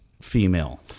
female